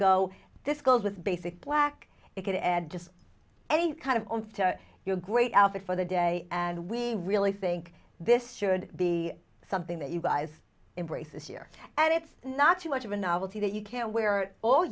with basic black it could add just any kind of your great outfit for the day and we really think this should be something that you guys embrace this year and it's not too much of a novelty that you can wear all